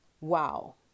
Wow